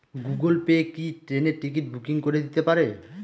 Google Pay কি ট্রেনের ticket booking করে দিতে পারে?